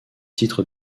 titre